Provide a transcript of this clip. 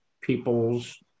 people's